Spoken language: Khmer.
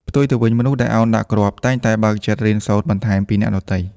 ផ្ទុយទៅវិញ មនុស្សដែលឱនដាក់គ្រាប់ តែងតែបើកចិត្តរៀនសូត្របន្ថែមពីអ្នកដទៃ។